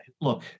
look